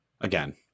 Again